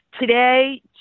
Today